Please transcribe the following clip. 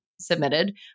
submitted